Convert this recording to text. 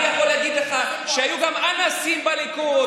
אני יכול להגיד לך שהיו גם אנסים בליכוד,